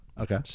Okay